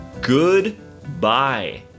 Goodbye